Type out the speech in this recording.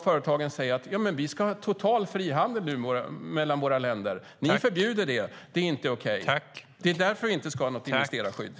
Företagen kan säga: Vi ska ha total frihandel mellan våra länder, och ni förbjuder det; det är inte okej.